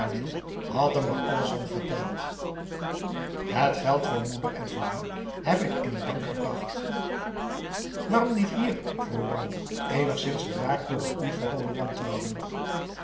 had hem er alles van verteld het geld voor moeder en voor jou heb ik in de bank gebracht aum boe akar eel aarom niet hier vroeg bram eenigszins geraakt door het onverholen wantrouwen